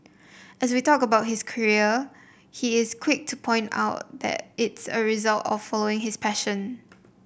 as we talk about his career he is quick to point out that it's a result of following his passion